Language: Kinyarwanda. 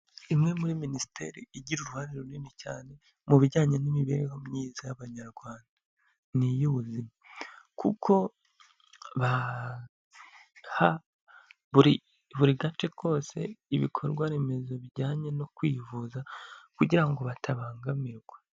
Imwe muri Minisiteri igira uruhare runini cyane mu bijyanye n'imibereho myiza y'abanyarwanda ni iy'ubuzima, kuko baha buri gace kose ibikorwaremezo bijyanye no kwivuza kugira ngo batabangamirwa.